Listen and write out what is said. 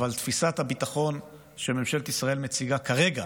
אבל תפיסת הביטחון שממשלת ישראל מציגה כרגע